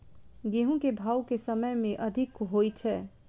गेंहूँ केँ भाउ केँ समय मे अधिक होइ छै?